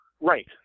right